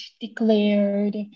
declared